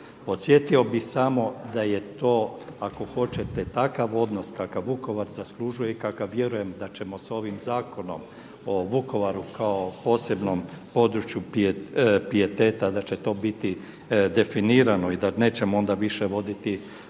Podsjetio bih samo da je to ako hoćete takav odnos kakav Vukovar zaslužuje i kakav vjerujem da ćemo sa ovim zakonom o Vukovaru kao posebnom području pijeteta da će to biti definirano i da nećemo onda više voditi ovakve